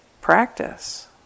practice